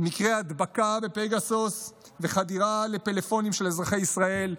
מקרי הדבקה בפגסוס וחדירה לפלאפונים של אזרחי ישראל,